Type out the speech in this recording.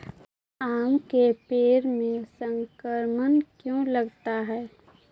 आम के पेड़ में संक्रमण क्यों लगता है?